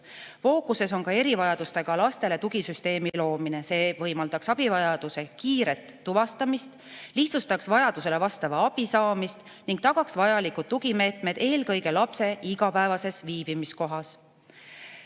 Fookuses on ka erivajadustega lastele tugisüsteemi loomine. See võimaldaks abivajaduse kiiret tuvastamist, lihtsustaks vajadusele vastava abi saamist ning tagaks vajalikud tugimeetmed eelkõige lapse igapäevases viibimiskohas.